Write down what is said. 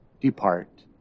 depart